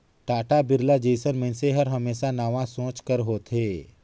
टाटा, बिरला जइसन मइनसे हर हमेसा नावा सोंच कर होथे